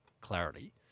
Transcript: clarity